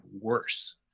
worse